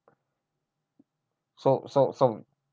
so so so